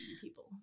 people